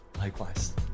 Likewise